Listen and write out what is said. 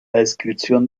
descripción